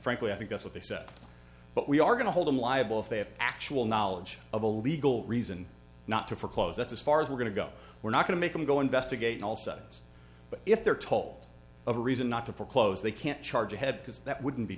frankly i think that's what they said but we are going to hold them liable if they have actual knowledge of a legal reason not to for close that's as far as we're going to go we're not going to make them go investigate all sides but if they're told of a reason not to foreclose they can't charge ahead because that wouldn't be